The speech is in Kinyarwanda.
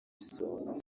isonga